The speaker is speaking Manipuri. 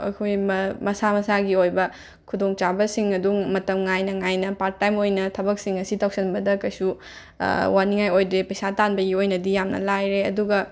ꯑꯩꯈꯣꯏ ꯃ ꯃꯁꯥ ꯃꯁꯥꯒꯤ ꯑꯣꯏꯕ ꯈꯨꯗꯣꯡꯆꯥꯕꯁꯤꯡ ꯑꯗꯨ ꯃꯇꯝ ꯉꯥꯏꯅ ꯉꯥꯏꯅ ꯄꯥꯔꯠ ꯇꯥꯏꯝ ꯑꯣꯏꯅ ꯊꯕꯛꯁꯤꯡ ꯑꯁꯤ ꯇꯧꯁꯟꯕꯗ ꯀꯩꯁꯨ ꯋꯥꯅꯤꯡꯉꯥꯏ ꯑꯣꯏꯗꯦ ꯄꯩꯁꯥ ꯇꯥꯟꯕꯒꯤ ꯑꯣꯏꯅꯗꯤ ꯌꯥꯝꯅ ꯂꯥꯏꯔꯦ ꯑꯗꯨꯒ